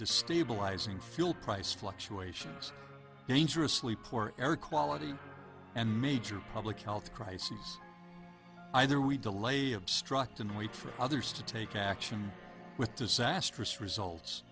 destabilizing fuel price fluctuations dangerously poor air quality and major public health crises either we delay obstruct and wait for others to take action with disastrous results